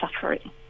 suffering